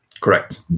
Correct